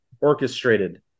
orchestrated